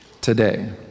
today